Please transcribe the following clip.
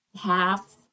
half